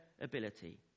ability